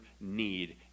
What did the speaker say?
need